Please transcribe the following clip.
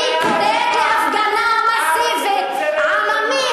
אני קוראת להפגנה מסיבית עממית,